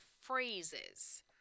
phrases